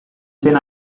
zen